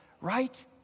right